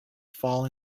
fall